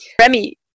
Remy